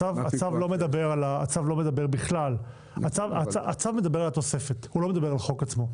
הצו מדבר על התוספת, הוא לא מדבר על החוק עצמו.